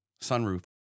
sunroof